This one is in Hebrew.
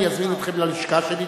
אני אזמין אתכם ללשכה שלי,